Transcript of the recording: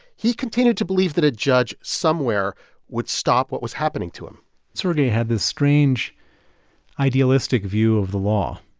he continued to believe that a judge somewhere would stop what was happening to him sergei had this strange idealistic view of the law.